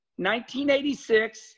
1986